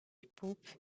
pope